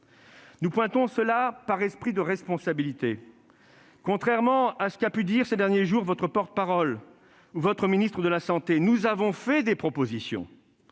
ces points par esprit de responsabilité. Contrairement à ce qu'ont pu dire ces derniers jours votre porte-parole et votre ministre des solidarités et de la santé, nous avons fait des propositions